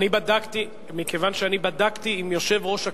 מכיוון שבדקתי עם יושב-ראש הכנסת,